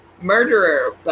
murderer